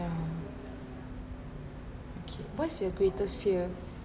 ya okay what's your greatest fear